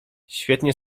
świetnie